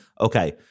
okay